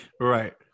Right